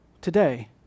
today